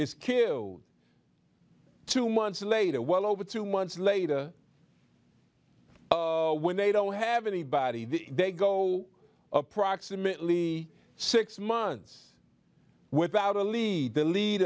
is killed two months later well over two months later when they don't have anybody they go approximately six months without a lead the lead